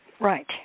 right